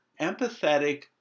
empathetic